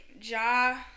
Ja